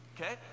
Okay